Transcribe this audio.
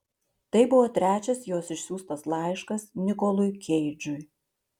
tai buvo trečias jos išsiųstas laiškas nikolui keidžui